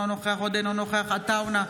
אינו נוכח איימן עודה,